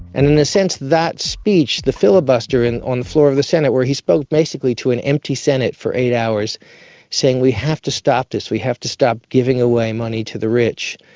and in a sense that speech, the filibuster on the floor of the senate where he spoke basically to an empty senate for eight hours saying we have to stop this, we have to stop giving away money to the rich,